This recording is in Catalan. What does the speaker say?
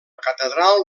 catedral